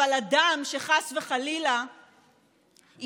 אבל הדם שחס וחלילה יישפך